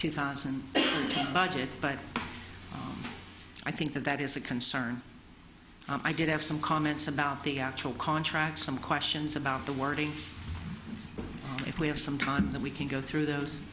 two thousand logic but i think that that is a concern i did have some comments about the actual contracts some questions about the wording if we have some time that we can go through those